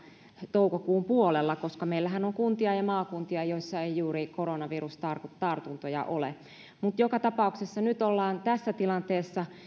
toukokuun puolella koska meillähän on kuntia ja maakuntia joissa ei juuri koronavirustartuntoja ole joka tapauksessa nyt ollaan tässä tilanteessa